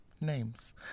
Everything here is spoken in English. Names